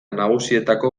nagusietako